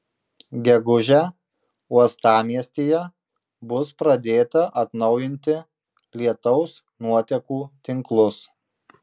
gegužę uostamiestyje bus pradėta atnaujinti lietaus nuotekų tinklus